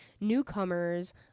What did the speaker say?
Newcomers